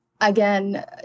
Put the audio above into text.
again